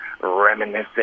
reminiscing